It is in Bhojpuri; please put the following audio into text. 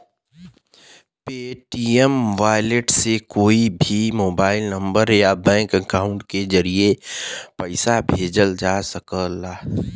पेटीएम वॉलेट से कोई के भी मोबाइल नंबर या बैंक अकाउंट के जरिए पइसा भेजल जा सकला